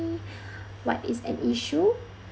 what is an issue